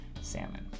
salmon